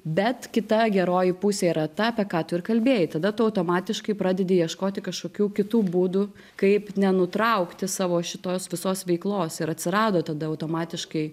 bet kita geroji pusė yra ta apie ką tu ir kalbėjai tada tu automatiškai pradedi ieškoti kažkokių kitų būdų kaip nenutraukti savo šitos visos veiklos ir atsirado tada automatiškai